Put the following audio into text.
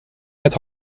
met